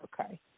Okay